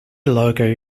logo